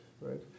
right